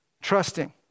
trusting